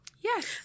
Yes